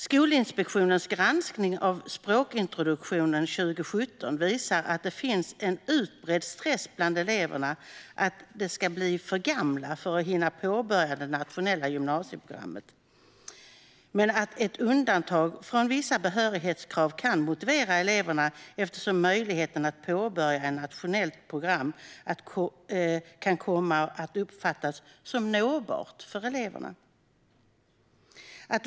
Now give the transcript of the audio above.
Skolinspektionens granskning av språkintroduktionen 2017 visar att det finns en utbredd stress bland eleverna att de ska bli för gamla för att hinna påbörja det nationella gymnasieprogrammet men att ett undantag från vissa behörighetskrav kan motivera eleverna eftersom möjligheten att påbörja ett nationellt program kan komma att uppfattas som nåbart för eleverna.